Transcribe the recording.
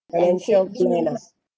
financial gymnast